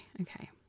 Okay